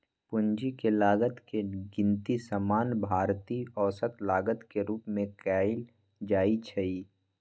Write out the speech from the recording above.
पूंजी के लागत के गिनती सामान्य भारित औसत लागत के रूप में कयल जाइ छइ